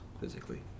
physically